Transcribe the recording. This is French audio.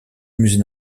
musée